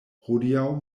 hodiaŭ